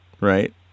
right